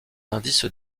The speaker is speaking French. indice